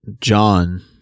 John